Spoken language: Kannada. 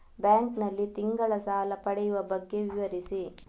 ಬ್ಯಾಂಕ್ ನಲ್ಲಿ ತಿಂಗಳ ಸಾಲ ಪಡೆಯುವ ಬಗ್ಗೆ ವಿವರಿಸಿ?